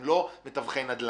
הם לא מתווכי נדל"ן.